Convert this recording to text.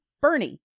Bernie